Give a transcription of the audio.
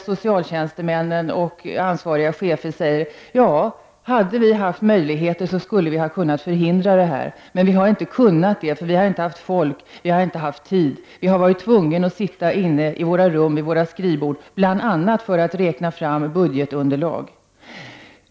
Ansvariga chefer inom socialtjänsten säger: Hade vi haft resurser skulle vi ha kunnat förhindra dessa händelser, men vi har inte haft tid; vi har varit tvungna att sitta på våra rum, bl.a. för att räkna fram budgetunderlag.